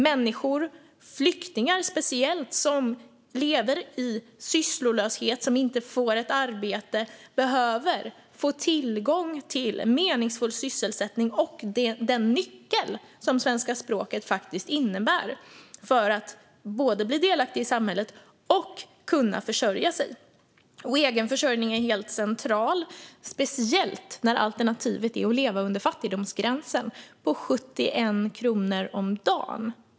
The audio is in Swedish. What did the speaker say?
Människor, speciellt flyktingar, som lever i sysslolöshet och inte får ett arbete behöver få tillgång till meningsfull sysselsättning och den nyckel som svenska språket faktiskt innebär för att både bli delaktig i samhället och kunna försörja sig. Egen försörjning är helt centralt, speciellt när alternativet är att leva under fattigdomsgränsen, på 71 kronor om dagen.